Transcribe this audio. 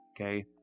okay